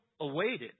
awaited